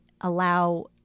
allow